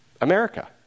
America